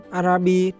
arabi